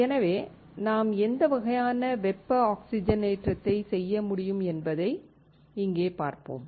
எனவே நாம் எந்த வகையான வெப்ப ஆக்ஸிஜனேற்றத்தை செய்ய முடியும் என்பதை இங்கே பார்ப்போம்